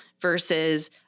versus